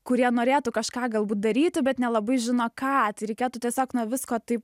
kurie norėtų kažką galbūt daryti bet nelabai žino ką tai reikėtų tiesiog nuo visko taip